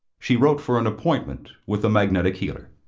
she wrote for an appointment with the magnetic healer.